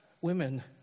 women